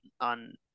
on